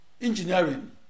engineering